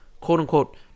quote-unquote